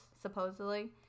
supposedly